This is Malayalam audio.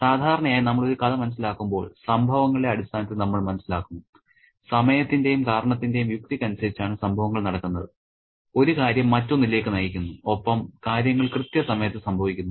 സാധാരണയായി നമ്മൾ ഒരു കഥ മനസ്സിലാക്കുമ്പോൾ സംഭവങ്ങളുടെ അടിസ്ഥാനത്തിൽ നമ്മൾ മനസ്സിലാക്കുന്നു സമയത്തിന്റെയും കാരണത്തിന്റെയും യുക്തിക്കനുസരിച്ചാണ് സംഭവങ്ങൾ നടക്കുന്നത് ഒരു കാര്യം മറ്റൊന്നിലേക്ക് നയിക്കുന്നു ഒപ്പം കാര്യങ്ങൾ കൃത്യസമയത്ത് സംഭവിക്കുന്നു